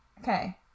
okay